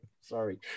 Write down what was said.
Sorry